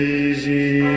easy